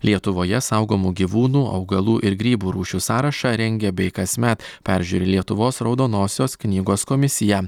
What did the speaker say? lietuvoje saugomų gyvūnų augalų ir grybų rūšių sąrašą rengia bei kasmet peržiūri lietuvos raudonosios knygos komisija